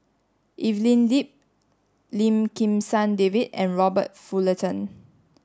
Evelyn Lip Lim Kim San David and Robert Fullerton